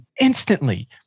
instantly